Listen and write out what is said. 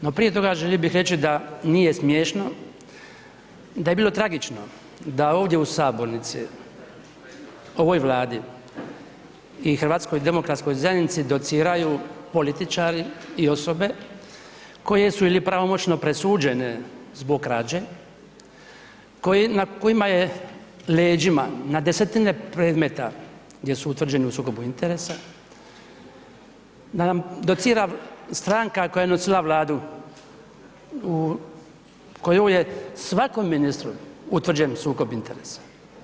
No, prije toga želio bih reći da nije smiješno, da je bilo tragično da ovdje u sabornici ovoj Vladi i HDZ-u dociraju političari i osobe koje su ili pravomoćno presuđene zbog krađe, na kojima je leđima na 10-tine predmeta gdje su utvrđeni u sukobu interesa, da nam docira stranka koja je nosila vladu u kojoj je svakome ministru utvrđen sukob interesa.